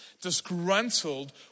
disgruntled